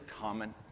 common